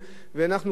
קבוצות המיעוט,